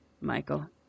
Michael